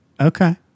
Okay